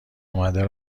آمده